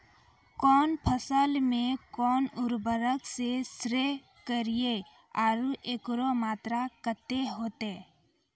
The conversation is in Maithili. कौन फसल मे कोन उर्वरक से स्प्रे करिये आरु एकरो मात्रा कत्ते होते?